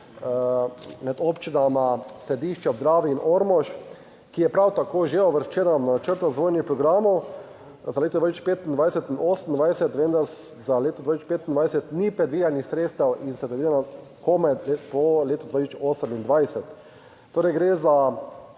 med občinama Središče ob Dravi in Ormož, ki je prav tako že uvrščena v načrt razvojnih programov za leto 2025 in 2028, vendar za leto 2025 ni predvidenih sredstev in so predvidena komaj po letu 2028, torej gre za